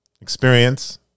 experience